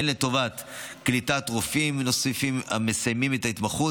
הן לטובת קליטת רופאים המסיימים את ההתמחות